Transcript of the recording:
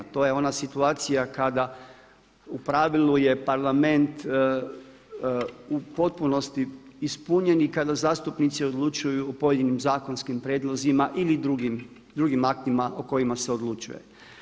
To je ona situacija kada u pravilu je parlament u potpunosti ispunjen i kada zastupnici odlučuju o pojedinim zakonskim prijedlozima ili drugim aktima o kojima se odlučuje.